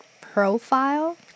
profile